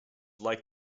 liked